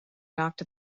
knocked